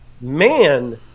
man